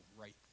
right